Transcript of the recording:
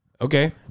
Okay